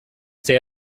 stay